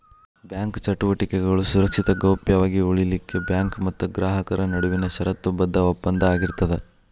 bank ಚಟುವಟಿಕೆಗಳು ಸುರಕ್ಷಿತ ಗೌಪ್ಯ ವಾಗಿ ಉಳಿಲಿಖೆಉಳಿಲಿಕ್ಕೆ ಬ್ಯಾಂಕ್ ಮತ್ತ ಗ್ರಾಹಕರ ನಡುವಿನ ಷರತ್ತುಬದ್ಧ ಒಪ್ಪಂದ ಆಗಿರ್ತದ